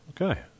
Okay